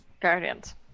Guardians